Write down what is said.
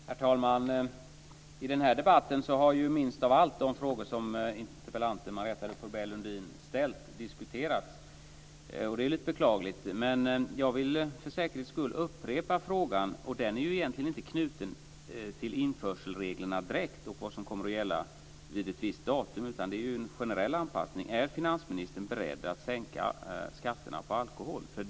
Herr talman! I den här debatten har minst av allt de frågor som interpellanten, Marietta de Pourbaix Lundin, har ställt diskuterats. Det är lite beklagligt. Jag vill för säkerhets skull upprepa min fråga. Den är egentligen inte direkt knuten till införselreglerna och till vad som kommer att gälla vid ett visst datum, utan den gäller en generell anpassning. Är finansministern beredd att sänka skatterna på alkohol?